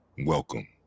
Welcome